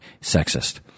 sexist